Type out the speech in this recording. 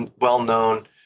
well-known